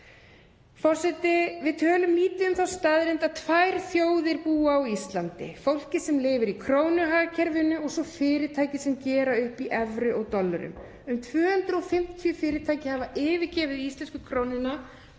Forseti. Við tölum lítið um þá staðreynd að tvær þjóðir búa á Íslandi, fólkið sem lifir í krónuhagkerfinu og svo fyrirtæki sem gera upp í evrum og dollurum. Um 250 fyrirtæki hafa yfirgefið íslensku krónuna,